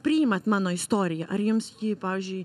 priimat mano istoriją ar jums ji pavyzdžiui